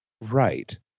Right